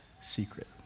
secret